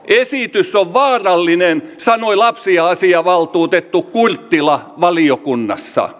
esitys on vaarallinen sanoi lapsiasiavaltuutettu kurttila valiokunnassa